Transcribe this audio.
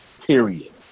period